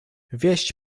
wieść